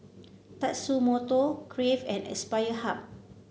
Tatsumoto Crave and Aspire Hub